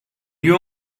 you